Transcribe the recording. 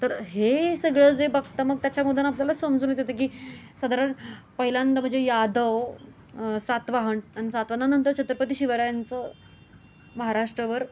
तर हे सगळं जे बघतं मग त्याच्यामधून आपल्याला समजूनच येतं की साधारण पहिल्यांदा म्हणजे यादव सातवाहन आणि सातवाहनानंतर छत्रपती शिवरायांचं महाराष्ट्रावर